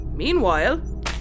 Meanwhile